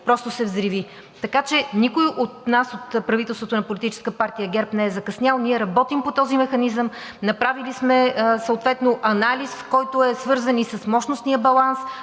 просто се взриви. Така че никой от нас, от правителството на Политическа партия ГЕРБ, не е закъснял. Ние работим по този механизъм. Направили сме съответно анализ, който е свързан и с мощностния баланс,